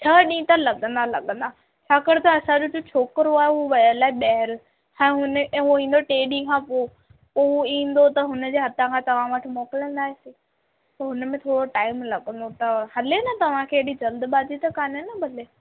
छह ॾींहं त लॻंदा लॻंदा छाकाणि त असांजो जे छोकिरो आहे हू वियल आहे ॿाहिरि हू उहो ईंदो टे ॾींहं खां पोइ उहो ईंदो त हुनजे हथां खां तव्हां वटि मोकिलंदासीं हुन में थोरो टाइम लॻंदो त हले न तव्हांखे हेॾी जल्दबाजी त कान्हे न भले